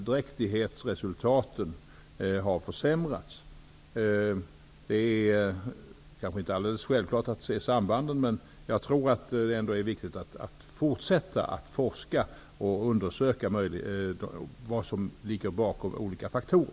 Dräktighetsresultaten har också försämrats. Det är kanske inte en självklarhet att se sambanden. Men jag tror att det är viktigt att fortsätta att forska och att undersöka vad som ligger bakom olika faktorer.